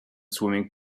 swimming